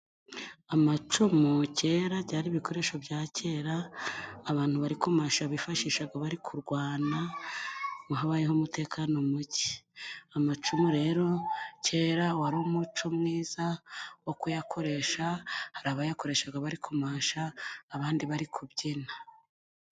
Amacumu kera byari ibikoresho bya kera, abantu bari kumasha bifashishaga bari kurwana habayeho umutekano muke, amacumu rero kera wari umuco mwiza wo kuyakoresha hari abayakoreshaga bari kumasha abandi bari kubyina.